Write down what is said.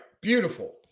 beautiful